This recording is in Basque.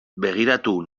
begiratu